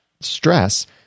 stress